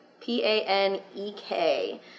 P-A-N-E-K